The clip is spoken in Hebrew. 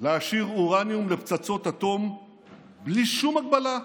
להעשיר אורניום לפצצות אטום בלי שום הגבלה,